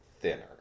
thinner